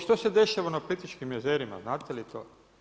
Što se dešava na Plitvičkim jezerima, znate li to?